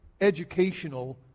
educational